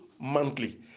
monthly